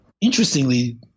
interestingly